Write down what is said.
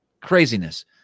craziness